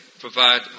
provide